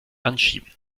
anschieben